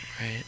Right